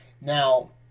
Now